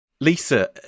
Lisa